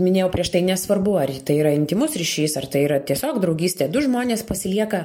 minėjau prieš tai nesvarbu ar tai yra intymus ryšys ar tai yra tiesiog draugystė du žmonės pasilieka